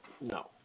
No